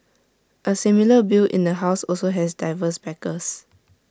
A similar bill in the house also has diverse backers